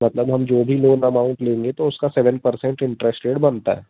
मतलब हम जो भी लोन अमाउंट लेंगे तो उसका सेवेन परसेंट इंटरेस्ट रेट बनता है